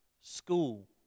school